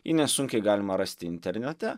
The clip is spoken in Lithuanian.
jį nesunkiai galima rasti internete